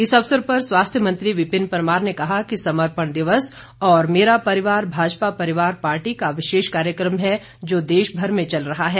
इस अवसर पर स्वास्थ्य मंत्री विपिन परमार ने कहा कि समपर्ण दिवस और मेरा परिवार भाजपा परिवार पार्टी का विशेष कार्यक्रम है जो देशभर में चल रहा है